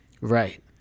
Right